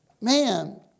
man